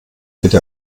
bitte